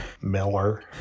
Miller